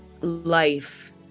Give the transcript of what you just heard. life